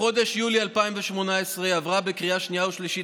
בחודש יולי 2018 עברה בקריאה שנייה ושלישית